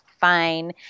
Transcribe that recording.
fine